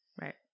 right